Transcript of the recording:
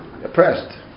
oppressed